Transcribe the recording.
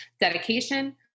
dedication